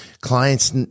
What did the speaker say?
clients